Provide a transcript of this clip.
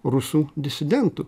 rusų disidentų